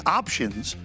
options